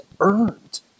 earned